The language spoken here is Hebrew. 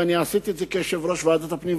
ואני עשיתי את זה כיושב-ראש ועדת הפנים,